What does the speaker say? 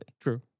True